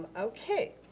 okay,